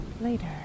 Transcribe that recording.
Later